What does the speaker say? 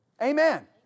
Amen